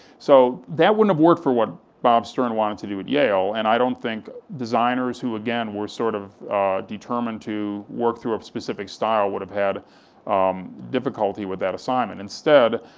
so that wouldn't have worked for what bob stern wanted to do at yale, and i don't think designers who again, were sort of determined to work through a specific style would have had difficulty with that assignment. instead,